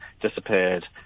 disappeared